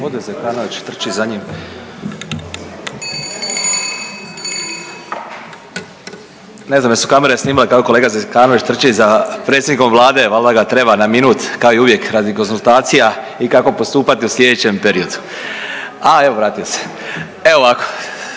suverenisti)** Ne znam jesu li kamere snimile kako kolega Zekanović trči za predsjednikom Vlade, valda ga treba na minut kao i uvijek radi konzultacija i kako postupati u sljedećem periodu. A evo vratio se. Evo ovako,